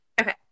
Okay